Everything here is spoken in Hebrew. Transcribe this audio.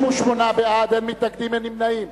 38 בעד, אין מתנגדים, אין נמנעים.